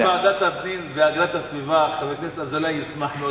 ועדת הפנים והגנת הסביבה,